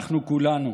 אנחנו כולנו,